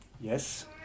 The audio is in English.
Yes